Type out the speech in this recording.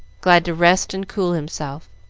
glad to rest and cool himself.